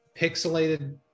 pixelated